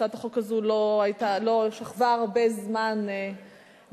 הצעת החוק הזאת לא היתה, שכבה הרבה זמן בוועדה.